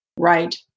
Right